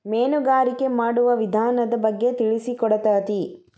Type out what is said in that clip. ಮೇನುಗಾರಿಕೆ ಮಾಡುವ ವಿಧಾನದ ಬಗ್ಗೆ ತಿಳಿಸಿಕೊಡತತಿ